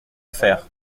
fère